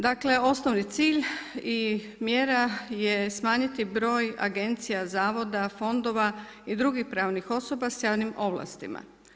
Dakle, osnovni cilj i mjera je smanjiti broj agencija, zavoda, fondova i drugih pravnih osoba s javnim ovlastima.